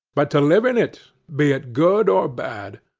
but to live in it, be it good or bad.